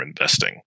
investing